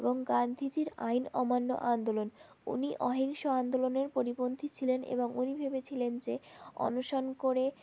এবং গান্ধীজীর আইন অমান্য আন্দোলন উনি অহিংস আন্দোলনের পরিপন্থী ছিলেন এবং উনি ভেবেছিলেন যে অনশন করে